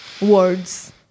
Words